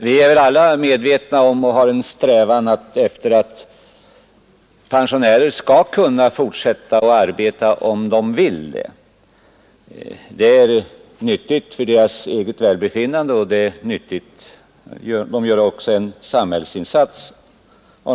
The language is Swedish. Vi strävar väl alla efter att ordna det så att pensionärer skall kunna fortsätta att arbeta, om de vill. Det är nyttigt för deras eget välbefinnande, och de gör också en samhällsinsats.